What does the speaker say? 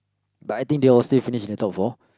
but I think they will still finish in the top four